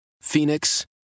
Phoenix